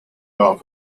off